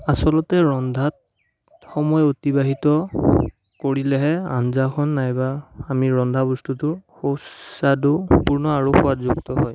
আচলতে ৰন্ধাত সময় অতিবাহিত কৰিলেহে আঞ্জাখন নাইবা আমি ৰন্ধা বস্তুটো সুস্বাদুপূৰ্ণ আৰু সোৱাযুক্ত হয়